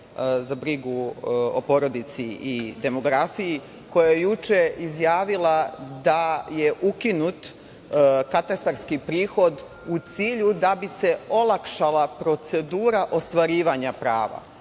za brigu o porodici i demografiji koja je juče izjavila da je ukinut katastarski prihod u cilju da bi se olakšala procedura ostvarivanja prava.